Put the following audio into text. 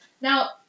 Now